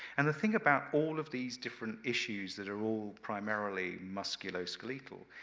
and the thing about all of these different issues that are all primarily musculoskeletal,